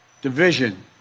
division